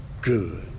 good